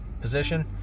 position